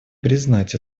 признать